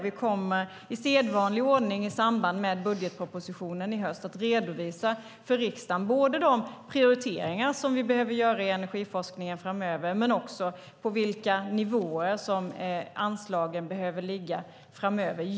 Vi kommer i sedvanlig ordning, i samband med budgetpropositionen i höst, att redovisa för riksdagen både de prioriteringar vi behöver göra i energiforskningen framöver och på vilka nivåer som anslagen behöver ligga.